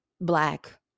black